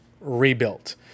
rebuilt